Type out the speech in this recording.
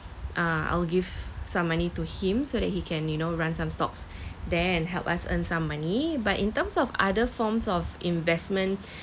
uh I'll give some money to him so that he can you know run some stocks there and help us earn some money but in terms of other forms of investment